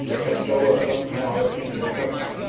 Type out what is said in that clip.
and so of some power in this company.